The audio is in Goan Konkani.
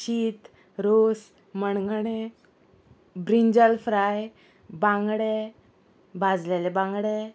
शीत रोस मणगणें ब्रिंजाल फ्राय बांगडे भाजलेले बांगडे